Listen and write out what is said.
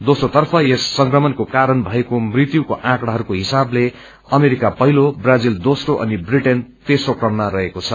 दोस्रो तर्फ यस संक्रमणको कारण भएको मृत्युको आँकड़ाहरूको हिसाबले अमेरिका पहिलो ब्राजील दोस्रो अनि ब्रिटेन तेस्रो क्रममा रहेको छ